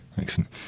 Excellent